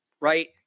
Right